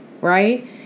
right